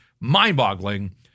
mind-boggling